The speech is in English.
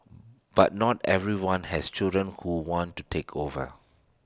but not everyone has children who want to take over